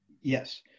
Yes